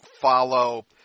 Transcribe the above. follow